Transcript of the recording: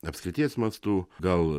apskrities mastu gal